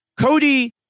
Cody